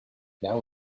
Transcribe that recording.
now